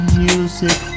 music